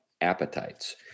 appetites